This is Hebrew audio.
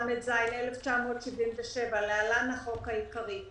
התשל"ז-1977 (להלן החוק העיקרי),